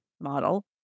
model